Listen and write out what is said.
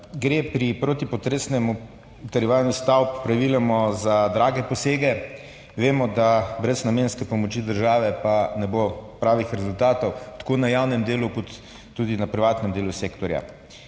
gre pri protipotresnem utrjevanju stavb praviloma za drage posege, vemo, da brez namenske pomoči države ne bo pravih rezultatov, tako v javnem delu kot tudi v privatnem delu sektorja.